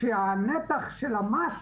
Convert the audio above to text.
שהנתח של המס